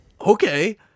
Okay